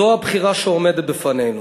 זו הבחירה שעומדת בפנינו: